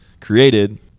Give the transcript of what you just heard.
created